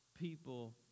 people